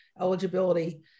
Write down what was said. eligibility